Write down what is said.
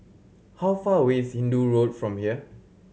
how far away is Hindoo Road from here